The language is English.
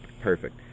perfect